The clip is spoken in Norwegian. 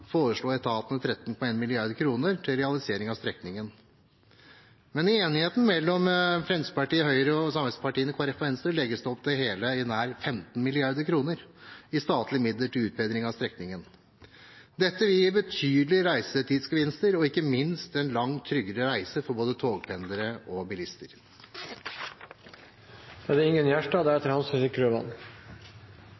etatene 13,1 mrd. kr til realisering av strekningen, men i enigheten mellom Fremskrittspartiet, Høyre og samarbeidspartiene Kristelig Folkeparti og Venstre legges det opp til nær hele 15 mrd. kr i statlige midler til utbedring av strekningen. Dette vil gi betydelige reisetidsgevinster og ikke minst en langt tryggere reise for både togpendlere og